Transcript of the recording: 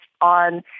on